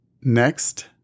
Next